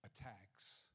Attacks